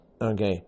Okay